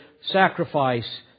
sacrifice